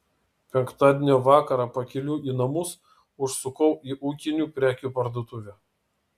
penktadienio vakarą pakeliui į namus užsukau į ūkinių prekių parduotuvę